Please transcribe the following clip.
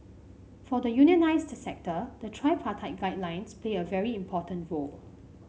for the unionised sector the tripartite guidelines play a very important role